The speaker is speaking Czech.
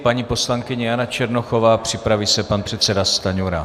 Paní poslankyně Jana Černochová, připraví se pan předseda Stanjura.